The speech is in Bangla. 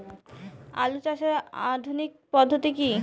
আলু চাষের আধুনিক পদ্ধতি কি?